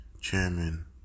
Chairman